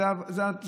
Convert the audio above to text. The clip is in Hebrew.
זו הקונוטציה.